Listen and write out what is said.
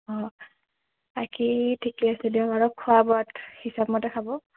বাকী ঠিকে আছে দিয়ক অলপ খোৱা বোৱাত হিচাপমতে খাব